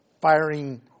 firing